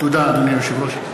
תודה, אדוני היושב-ראש.